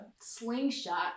slingshot